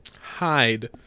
Hide